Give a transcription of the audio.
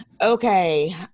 okay